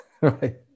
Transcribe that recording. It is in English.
Right